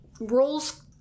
roles